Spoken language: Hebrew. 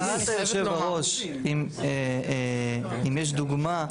שאלת, יושב הראש, אם יש דוגמה.